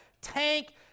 tank